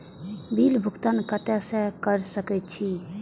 Bill भुगतान केते से कर सके छी?